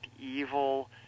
evil